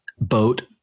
boat